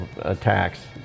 attacks